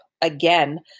again